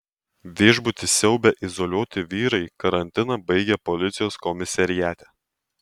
viešbutį siaubę izoliuoti vyrai karantiną baigė policijos komisariate